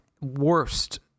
worst